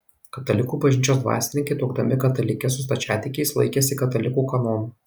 katalikų bažnyčios dvasininkai tuokdami katalikes su stačiatikiais laikėsi katalikų kanonų